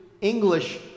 English